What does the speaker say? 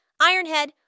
Ironhead